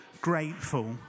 grateful